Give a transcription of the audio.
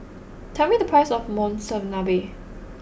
tell me the price of Monsunabe